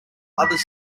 others